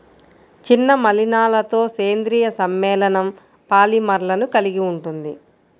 చిన్న మలినాలతోసేంద్రీయ సమ్మేళనంపాలిమర్లను కలిగి ఉంటుంది